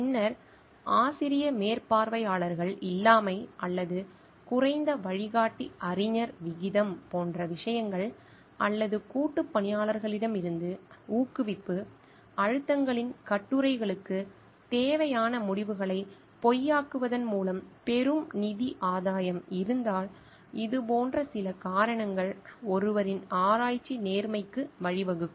பின்னர் ஆசிரிய மேற்பார்வையாளர்கள் இல்லாமை அல்லது குறைந்த வழிகாட்டி அறிஞர் விகிதம் போன்ற விஷயங்கள் அல்லது கூட்டுப்பணியாளர்களிடமிருந்து ஊக்குவிப்பு அழுத்தங்களின் கட்டுரைகளுக்கு தேவையான முடிவுகளை பொய்யாக்குவதன் மூலம் பெரும் நிதி ஆதாயம் இருந்தால் இது போன்ற சில காரணங்கள் ஒருவரின் ஆராய்ச்சி நேர்மைக்கு வழிவகுக்கும்